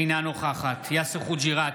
אינה נוכחת יאסר חוג'יראת,